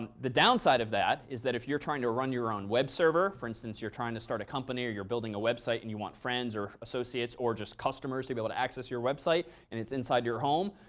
and the downside of that is that if you're trying to run your own web server for instance, you're trying to start a company or you're building a website, and you want friends or associates or just customers to be able to access your website and it's inside your home,